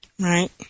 right